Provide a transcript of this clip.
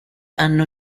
hanno